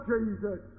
Jesus